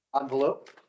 envelope